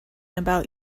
about